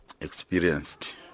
experienced